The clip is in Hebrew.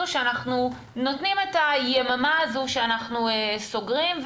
שאנחנו נותנים את היממה הזו שאנחנו סוגרים,